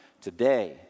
today